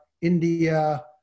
India